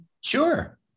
Sure